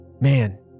man